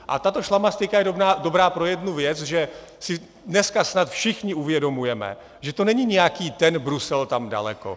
A tato šlamastyka je dobrá pro jednu věc, že si dneska snad všichni uvědomujeme, že to není nějaký ten Brusel tam daleko.